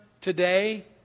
today